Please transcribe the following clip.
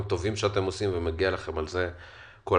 בסוף